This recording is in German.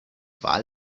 wahl